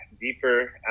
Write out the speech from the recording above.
deeper